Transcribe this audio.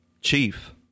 chief